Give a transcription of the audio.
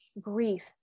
grief